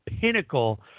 pinnacle